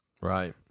Right